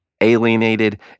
alienated